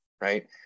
Right